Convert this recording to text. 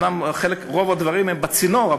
אומנם רוב הדברים הם בצינור,